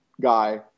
guy